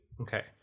okay